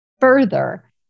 further